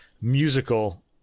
musical